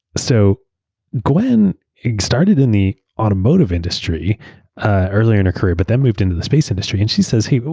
so gwynne started in the automotive industry ah earlier in her career but then moved into the space industry. and she says hey,